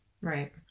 Right